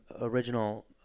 original